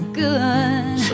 good